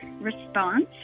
response